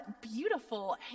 beautiful